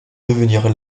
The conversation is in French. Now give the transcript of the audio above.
devenir